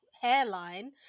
hairline